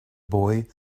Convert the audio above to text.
boy